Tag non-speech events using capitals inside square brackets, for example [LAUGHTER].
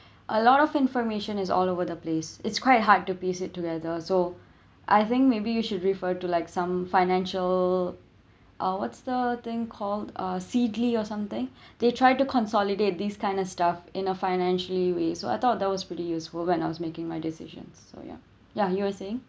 [BREATH] a lot of information is all over the place it's quite hard to piece it together so I think maybe you should refer to like some financial uh what's the thing called uh C_G_L_I or something [BREATH] they tried to consolidate these kind of stuff in a financially way so I thought that was pretty useful when I was making my decisions so ya ya you were saying